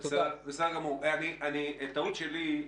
טעות שלי.